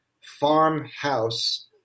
Farmhouse